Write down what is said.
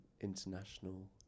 international